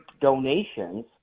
donations